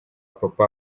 papa